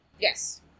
Yes